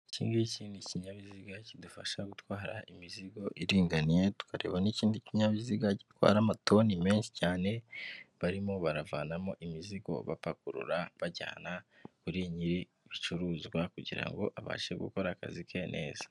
Iki ngiki ni ikinyabiziga, kidufasha gutwara imizigo iringaniye, tukareba n'ikindi kinyabiziga gitwara amatoni menshi cyane, barimo baravanamo imizigo bapakurura bajyana kuri nyiri ibicuruzwa, kugira ngo abashe gukora akazi ke neza.